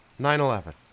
9-11